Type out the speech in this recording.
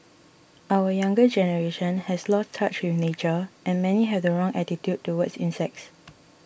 our younger generation has lost touch with nature and many have the wrong attitude towards insects